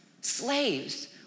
Slaves